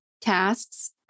tasks